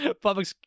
public